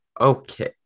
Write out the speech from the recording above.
Okay